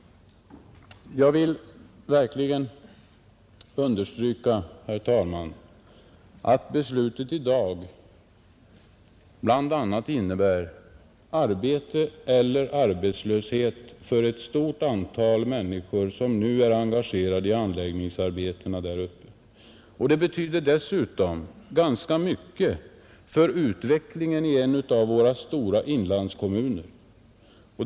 Jag vill verkligen understryka, herr talman, att dagens beslut bl.a. innebär arbete eller arbetslöshet för ett stort antal människor som är engagerade i anläggningsarbetena där uppe. Och det betyder dessutom ganska mycket för utvecklingen i en av våra stora inlandskommuner.